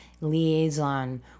Liaison